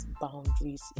boundaries